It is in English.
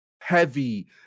heavy